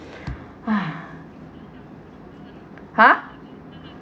!huh!